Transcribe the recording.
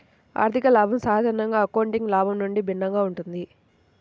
ఆర్థిక లాభం సాధారణంగా అకౌంటింగ్ లాభం నుండి భిన్నంగా ఉంటుంది